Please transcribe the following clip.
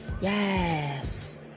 Yes